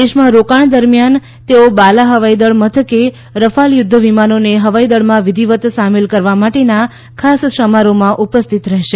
દેશમાં રોકાણ દરમિયાન તેઓ બાલા હવાઇ દળ મથકે રફાલ યુધ્ધ વિમાનોને હવાઇ દળમાં વિધિવત સામેલ કરવા માટેના ખાસ સમારોહમાં ઉપસ્થિત રહેશે